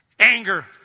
Anger